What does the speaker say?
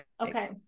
okay